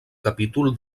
capítol